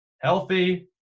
healthy